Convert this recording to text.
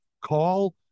call